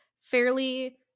fairly